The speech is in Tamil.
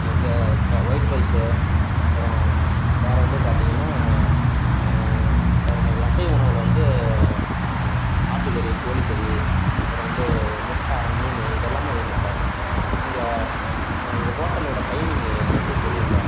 வ ஒயிட் ரைஸ் அப்பறம் வேறு வந்து பார்த்தீங்கன்னா வேறு என்னது அசைவ உணவில் வந்து ஆட்டு கறி கோழி கறி அப்பறம் வந்து முட்டை மீன் இதெல்லாமே வேணும் சார் ஆ உங்கள் உங்கள் ஹோட்டலோடய டைமிங் வந்து சொல்லுங்க சார்